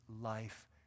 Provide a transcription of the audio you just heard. life